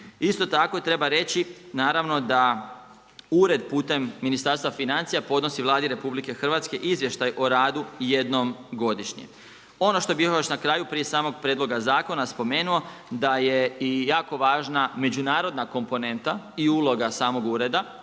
Isto tako, treba reći naravno da ured putem Ministarstva financija podnosi Vladi RH izvještaj o radu jednom godišnje. Ono što bi još na kraju prije samog prijedloga zakona spomenuo, da je i jako važna međunarodna komponenta i uloga samog ureda